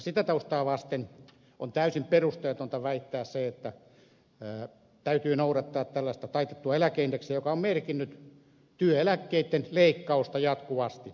sitä taustaa vasten on täysin perusteetonta väittää että täytyy noudattaa taitettua eläkeindeksiä joka on merkinnyt työeläkkeitten leikkausta jatkuvasti